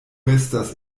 estas